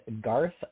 Garth